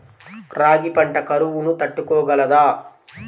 రాగి పంట కరువును తట్టుకోగలదా?